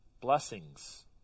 blessings